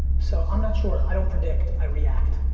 so, i'm not sure. i don't predict, i react.